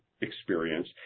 experience